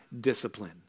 discipline